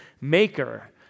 maker